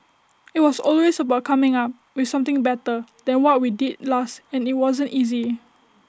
IT was always about coming up with something better than what we did last and IT wasn't easy